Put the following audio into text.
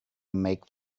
make